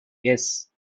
yes